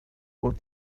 what